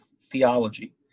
theology